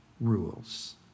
rules